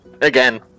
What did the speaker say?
Again